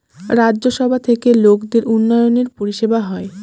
রাজ্য সভা থেকে লোকদের উন্নয়নের পরিষেবা হয়